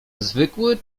zwykły